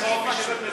תגיד משהו,